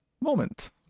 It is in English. moment